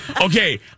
Okay